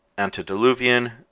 antediluvian